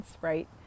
right